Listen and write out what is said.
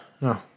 no